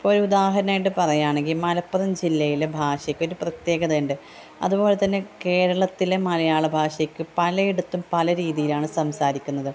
ഇപ്പോൾ ഒരു ഉദാഹരണമായിട്ട് പറയുകയാണെങ്കിൽ മലപ്പുറം ജില്ലയിലെ ഭാഷയ്ക്ക് ഒരു പ്രത്യേകതയുണ്ട് അതുപോലെത്തന്നെ കേരളത്തിലെ മലയാളഭാഷയ്ക്ക് പലയിടത്തും പലരീതിയിലാണ് സംസാരിക്കുന്നത്